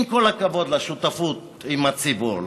עם כל הכבוד לשותפות עם הציבור,